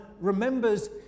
remembers